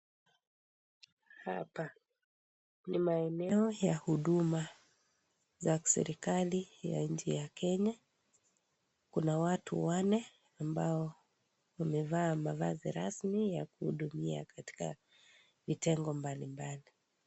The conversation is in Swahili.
Hapa ni maeneo ya huduma za kiserikali ya nchi ya Kenya; kuna watu wanne ambao wamevaa mavazi rasmi ya kuhudumia katika vitengo mbalimbali.